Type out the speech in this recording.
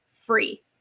free